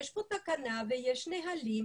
יש פה תקנה ויש נהלים,